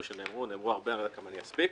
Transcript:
שנאמרו, אם אני אספיק.